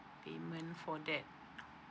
payment for that